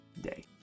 day